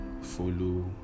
follow